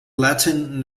latin